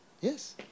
Yes